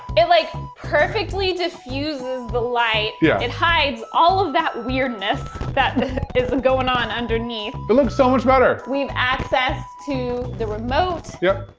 it like perfectly just fuses the light. yeah it hides all of that weirdness that is goin' on underneath. it looks so much better! we've access to the remote. yep!